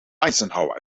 eisenhower